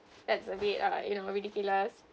that's a bit uh you know ridiculous